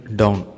down